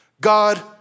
God